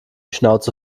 schnauze